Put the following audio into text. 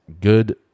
good